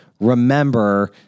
remember